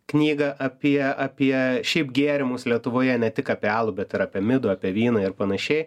knygą apie apie šiaip gėrimus lietuvoje ne tik apie alų bet ir apie midų apie vyną ir panašiai